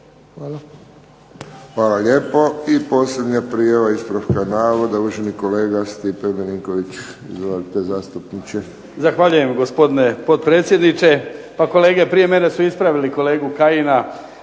(HSS)** Hvala lijepo. I posljednja prijava ispravka navoda, uvaženi kolega Stipe Milinković. Izvolite zastupniče. **Milinković, Stjepan (HDZ)** Zahvaljujem gospodine potpredsjedniče. Pa kolege prije mene su ispravili kolegu Kajina